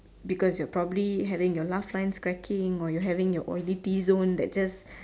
because you are probably having your laugh lines cracking or you having your oily T zone that just